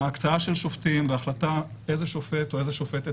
ההקצאה של שופטים וההחלטה איזה שופט או איזו שופטת